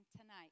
tonight